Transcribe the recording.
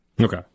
Okay